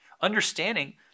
Understanding